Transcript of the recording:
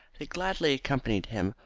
they gladly accompanied him,